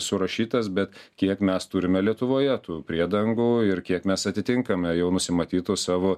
surašytas bet kiek mes turime lietuvoje tų priedangų ir kiek mes atitinkame jau nusimatytų savo